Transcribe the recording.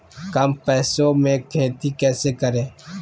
कम पैसों में खेती कैसे करें?